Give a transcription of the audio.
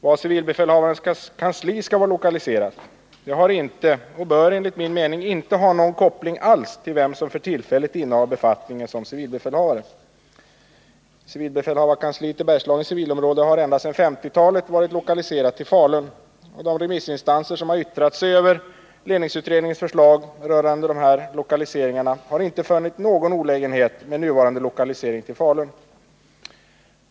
Var civilbefälhavarens kansli skall vara lokaliserat har inte — och bör enligt min mening inte ha — någon koppling alls till vem som för tillfället innehar befattningen som civilbefälhavare. Civilbefälhavarkansliet i Bergslagens civilområde har ända sedan 1950-talet varit lokaliserat till Falun. De remissinstanser som har yttrat sig över ledningsutredningens förslag rörande dessa kansliers lokalisering har inte funnit någon olägenhet med nuvarande lokalisering till Falun.